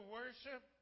worship